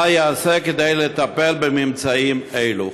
מה ייעשה כדי לטפל בממצאים אלו?